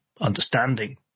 understanding